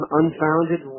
unfounded